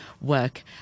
work